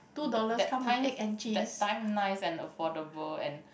that time that time nice and affordable and